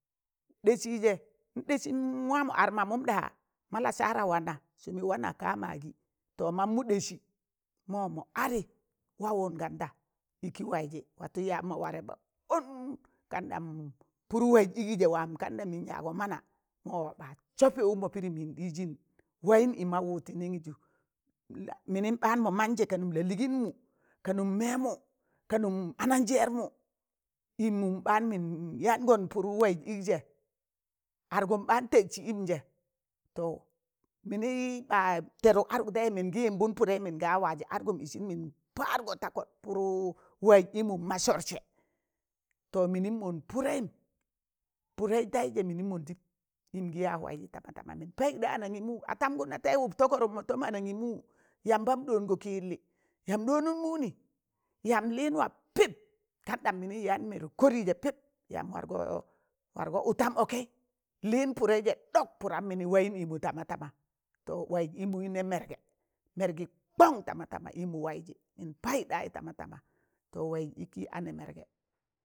ɗẹsị jẹ n ɗesim wọmọ ar mamụm ɗa ma lassara wana sụmị wana gaa magị, to mammụ ɗẹsị mọ mọ adị wawụn ganda ịkị waịzị watụ ya mọ mọ ware ɓa on kanɗam pụrụ waịz ịgịzẹ wam kandam yịn yaagọ mana mọ wa ba sọpị pịdịm yịn ɗịzịn wayịn ị maụwụ tị nịngịjụ, mịnịn ɓaan mọ man jẹ ka nụm la lịịnmụ ka nụm mẹ mụ kanụm ananjẹẹrmụ ịmụm baan mịn yaangọn pụrụ waịz ịk zẹ adgụm baan tẹsị ịm je to mịnị ɓa tẹdụk adụk tẹịzẹ mịn gị yịmbụn pụdẹị mịn gaa wazẹ adgụn ịsịn mịn padgọ ta kọt pụrụụ waịz ịmụ ma sọrsẹ to mịnị mọn pụdẹịm pụdẹị tẹịzẹ mịnị mọndịm, ịm gan ya waịzị tamatama mịn payụk da anangịmụ atamgụ na taịzẹ ụk tọgọrụm mọ tọm anangịmụ yambam ɗọọngọ kị yịllị yam ɗoọnụn mụnị yam lịn wa pịp kanɗam mịnị wa yaan mẹrụk kọrịzẹ pịp, yam wargọ ụtam ọkẹị lịn pụdẹị zẹ ɗọk pụram mịnị wayịn ịmụ tamatama, to waịz ịmụị nẹ mẹrgẹ mẹrgẹ kọn tamatama ịmụ waịzị mịn payịk ɗayị tama tama to waịz ịkị anẹ mẹrgẹ,